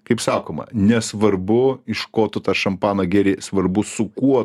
kaip sakoma nesvarbu iš ko tu tą šampaną geri svarbu su kuo